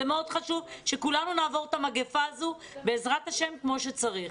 זה מאוד חשוב שכולנו נעבור את המגפה הזו בעזרת ה' כמו שצריך.